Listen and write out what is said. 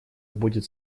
будет